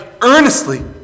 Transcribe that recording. earnestly